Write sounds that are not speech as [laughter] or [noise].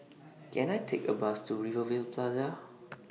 [noise] Can I Take A Bus to Rivervale Plaza